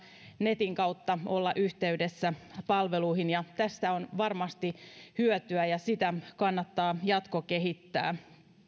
netin kautta olla yhteydessä palveluihin tästä on varmasti hyötyä ja sitä kannattaa jatkokehittää